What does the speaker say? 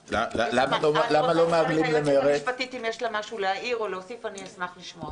אם ליועצת המשפטית יש משהו להעיר או להוסיף אשמח לשמוע.